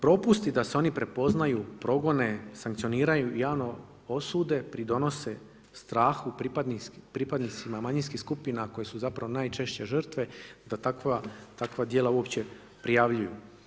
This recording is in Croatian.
Propusti da se oni prepoznaju, progone, sankcioniraju javno osude pridonose strahu pripadnicima manjinskih skupina koji su zapravo najčešće žrtve da takva djela uopće prijavljuju.